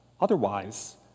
otherwise